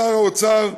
שר האוצר,